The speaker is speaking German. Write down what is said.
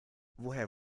woher